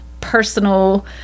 personal